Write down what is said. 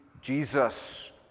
Jesus